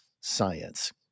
science